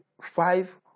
five